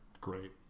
Great